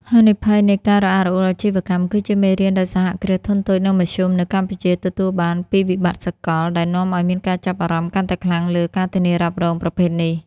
ហានិភ័យនៃ "ការរអាក់រអួលអាជីវកម្ម" គឺជាមេរៀនដែលសហគ្រាសធុនតូច និងមធ្យមនៅ កម្ពុជាទទួលបានពីវិបត្តិសកល ដែលនាំឱ្យមានការចាប់អារម្មណ៍កាន់តែខ្លាំងលើ ការធានារ៉ាប់រង ប្រភេទនេះ។